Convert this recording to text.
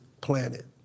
planet